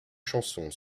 chansons